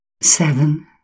seven